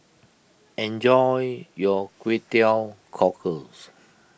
enjoy your Kway Teow Cockles